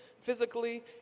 physically